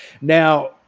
Now